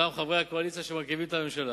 גם חברי הקואליציה שמרכיבים את הממשלה,